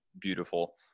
beautiful